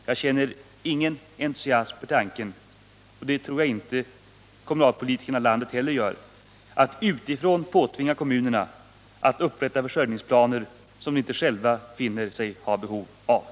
Jag är övertygad om att man når bäst resultat om kommunerna själva får avgöra hur planeringsbehovet inom olika områden skall tillgodoses.